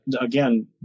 again